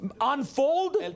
unfold